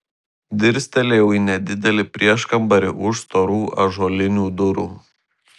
dirstelėjau į nedidelį prieškambarį už storų ąžuolinių durų